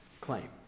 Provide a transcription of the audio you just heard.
claim